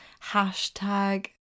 hashtag